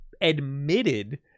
admitted